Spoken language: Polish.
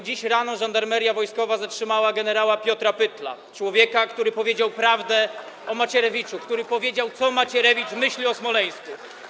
Dziś rano Żandarmeria Wojskowa zatrzymała gen. Piotra Pytla - człowieka, który powiedział prawdę o Macierewiczu, który powiedział, co Macierewicz myśli o Smoleńsku.